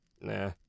nah